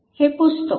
हे पुसतो